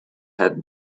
had